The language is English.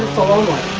the lowly